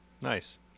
Nice